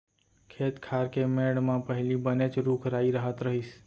खेत खार के मेढ़ म पहिली बनेच रूख राई रहत रहिस